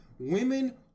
women